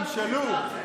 תמשלו.